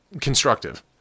constructive